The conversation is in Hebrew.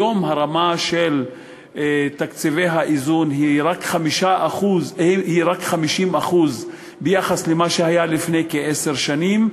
היום הרמה של תקציבי האיזון היא רק 50% ביחס למה שהיה לפני כעשר שנים,